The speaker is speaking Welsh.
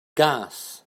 gath